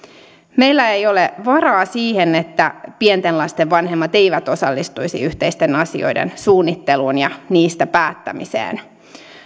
meillä ei ole varaa siihen että pienten lasten vanhemmat eivät osallistuisi yhteisten asioiden suunnitteluun ja niistä päättämiseen